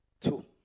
two